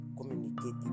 communicate